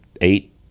eight